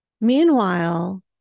Meanwhile